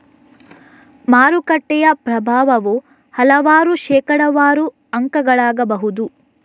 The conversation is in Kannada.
ಮಾರುಕಟ್ಟೆಯ ಪ್ರಭಾವವು ಹಲವಾರು ಶೇಕಡಾವಾರು ಅಂಕಗಳಾಗಬಹುದು